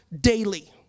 daily